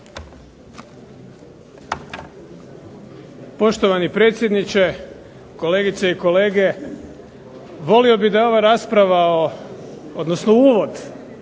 Poštovani predsjedniče, kolegice i kolege. Volio bih da je ovo raspravu odnosno uvod